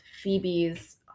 Phoebe's